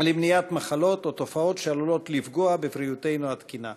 למניעת מחלות או לתופעות שעלולות לפגוע בבריאותנו התקינה.